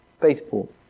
faithful